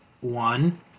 one